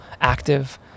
active